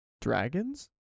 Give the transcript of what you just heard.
dragons